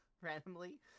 randomly